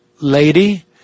lady